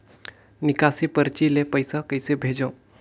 निकासी परची ले पईसा कइसे भेजों?